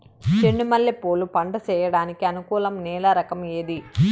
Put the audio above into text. చెండు మల్లె పూలు పంట సేయడానికి అనుకూలం నేల రకం ఏది